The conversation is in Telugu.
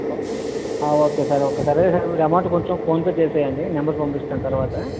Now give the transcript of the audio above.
ఓకే సార్ ఓకే సార్ రేపు మీరు అమౌంట్ కొంచం ఫోన్ చేసేయండి నెంబర్ పంపిస్తాను తర్వాత